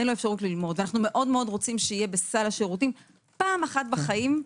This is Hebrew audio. אנו מאוד רוצים שיהיה בסל השירותים פעם אחת החיים,